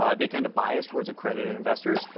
ah they tend to bias towards accredited investors.